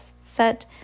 set